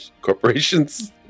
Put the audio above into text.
corporations